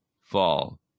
fall